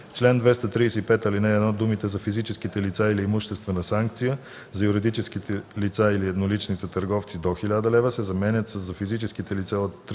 чл. 235, ал. 1 думите „за физическите лица, или имуществена санкция – за юридическите лица и едноличните търговци, до 1000 лв.“ се заменят със „за физическите лица от 300